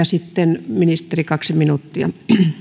sitten ministeri kaksi minuuttia